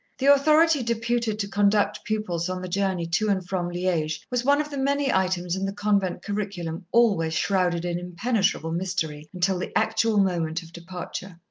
the authority deputed to conduct pupils on the journey to and from liege was one of the many items in the convent curriculum always shrouded in impenetrable mystery until the actual moment of departure.